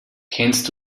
kennst